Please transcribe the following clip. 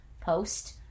post